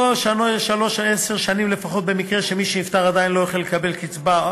עשר שנים לפחות במקרה שמי שנפטר עדיין לא החל לקבל קצבה,